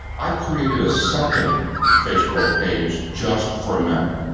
i created a second facebook page just for men.